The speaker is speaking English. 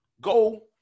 Go